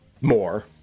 More